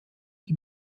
die